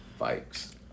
Vikes